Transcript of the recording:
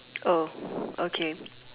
oh okay